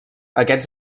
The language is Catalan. aquests